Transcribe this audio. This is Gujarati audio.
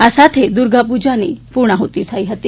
આ સાથે દુર્ગા પૂજાની પુર્ણાહૃતિ થઈ હતી